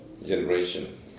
generation